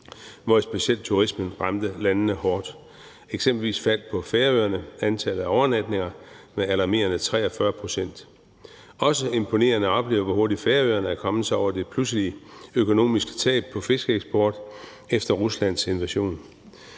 Specielt blev landene ramt hårdt på turismen. Eksempelvis faldt antallet af overnatninger på Færøerne med alarmerende 43 pct. Det er også imponerende at opleve, hvor hurtigt Færøerne er kommet sig over det pludselige økonomiske tab på fiskeeksport efter Ruslands invasion.